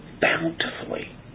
bountifully